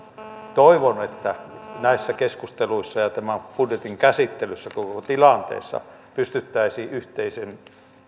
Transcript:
toivon että näissä keskusteluissa ja tämän budjetin käsittelyssä koko tilanteessa pystyttäisiin